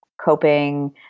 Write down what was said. coping